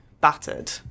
battered